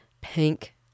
Pink